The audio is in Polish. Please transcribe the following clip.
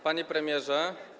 Panie Premierze!